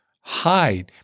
hide